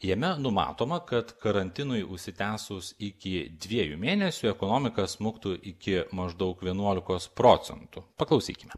jame numatoma kad karantinui užsitęsus iki dviejų mėnesių ekonomika smuktų iki maždaug vienuolikos procentų paklausykime